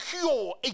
cure